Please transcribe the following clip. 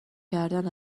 کردن